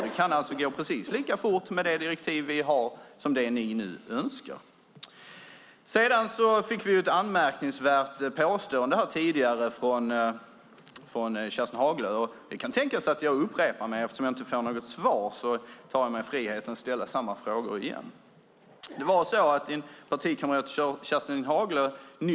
Det kan alltså gå precis lika fort med det direktiv vi redan har som med det ni nu önskar. Det kan hända att jag upprepar mig, men eftersom jag inte får något svar tar jag mig friheten att ställa samma frågor igen. Din partikamrat Kerstin Haglö kom med ett anmärkningsvärt påstående.